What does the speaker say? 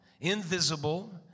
invisible